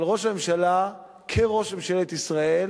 אבל ראש הממשלה כראש ממשלת ישראל